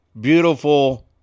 beautiful